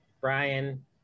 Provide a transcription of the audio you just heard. Brian